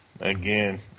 again